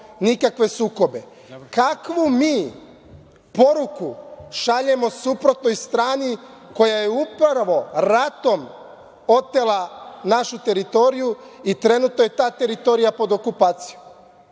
nikakve sukobe. Kakvu mi poruku šaljemo suprotnoj strani koja je upravo ratom otela našu teritoriju i trenutno je ta teritorija pod okupacijom?